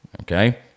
okay